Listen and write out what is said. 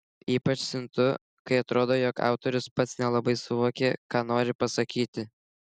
ypač siuntu kai atrodo jog autorius pats nelabai suvokė ką nori pasakyti